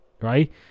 right